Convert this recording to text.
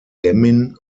demmin